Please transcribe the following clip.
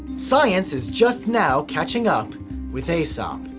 science is just now catching up with aesop.